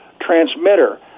transmitter